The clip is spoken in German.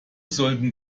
sollte